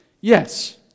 Yes